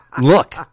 look